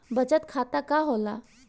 बचत खाता का होला?